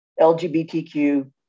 LGBTQ